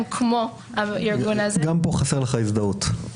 כמו הארגון" --- גם פה חסרה ההזדהות.